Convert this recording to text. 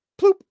Ploop